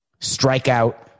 Strikeout